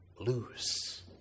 loose